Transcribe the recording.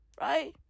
Right